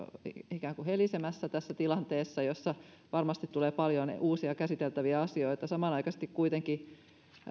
ikään kuin helisemässä tässä tilanteessa jossa varmasti tulee paljon uusia käsiteltäviä asioita samanaikaisesti kuitenkin